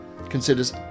considers